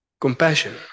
Compassion